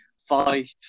fight